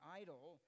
idle